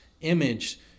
image